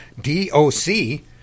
D-O-C